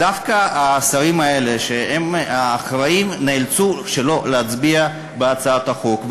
דווקא השרים האלה שהם האחראים נאלצו שלא להצביע בהצעת החוק.